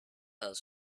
has